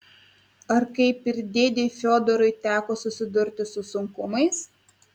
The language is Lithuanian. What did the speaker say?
ar kaip ir dėdei fiodorui teko susidurti su sunkumais